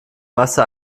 masse